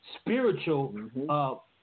spiritual